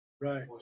right